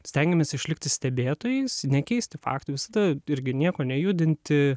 stengiamės išlikti stebėtojais nekeisti faktų visada irgi nieko nejudinti